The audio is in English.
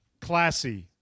classy